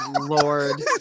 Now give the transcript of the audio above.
lord